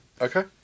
Okay